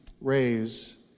raise